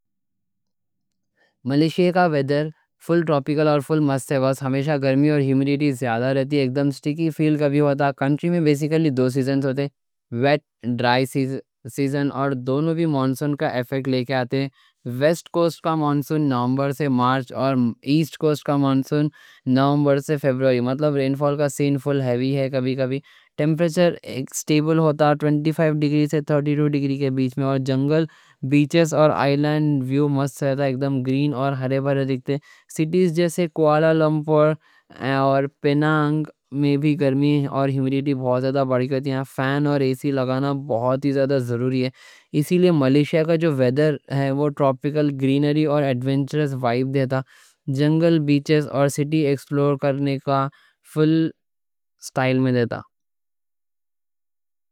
ملیشیا کا ویدر فل ٹروپیکل اور فل مست ہے، بس ہمیشہ گرمی اور ہمیڈیٹی زیادہ رہتی، اکدم سٹکی فیل کبھی ہوتا۔ کنٹری میں بسیکلی دو سیزنز ہوتے: ویٹ ڈرائی سیزن، اور دونوں بھی مانسون کا ایفیکٹ لے کے آتے ہیں۔ ویسٹ کوسٹ کا مانسون نومبر سے مارچ، اور ایسٹ کوسٹ کا مانسون نومبر سے فروری۔ مطلب رین فال کا سین فل ہیوی ہے، کبھی کبھی ٹیمپریچر ایک سٹیبل ہوتا، ویو مست رہتا، اکدم گرین اور ہرے بھرے دیکھتے ہیں۔ سِٹیز جیسے کوالالمپور اور پینانگ میں بھی گرمی اور ہمیڈیٹی بہت زیادہ بڑھتی ہیں۔ فین اور اے سی لگانا بہت زیادہ ضروری ہے، اسی لئے ملیشیا کا جو ویدر ہے وہ ٹروپیکل گرینری اور ایڈونچرس وائب دیتا، جنگل، بیچز اور سِٹی ایکسپلور کرنے کا فل اسٹائل میں دیتا۔